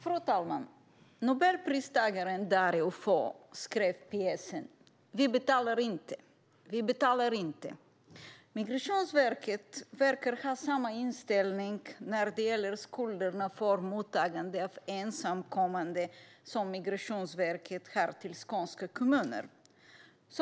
Fru talman! Nobelpristagaren Dario Fo skrev pjäsen Vi betalar inte, vi betalar inte! Migrationsverket verkar har samma inställning när det gäller skulderna för mottagandet av ensamkommande som Migrationsverket har till skånska kommuner.